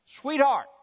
sweetheart